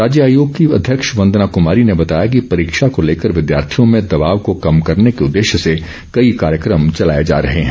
राज्य आयोग की अध्यक्ष वंदना कमारी ने बताया कि परीक्षा को लेकर विद्यार्थियों में दबाव को कम करने के उद्देश्य से कई कार्यक्रम चलाए जा रहे हैं